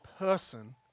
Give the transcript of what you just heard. person